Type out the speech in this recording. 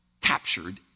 captured